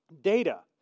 Data